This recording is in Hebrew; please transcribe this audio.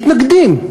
מתנגדים.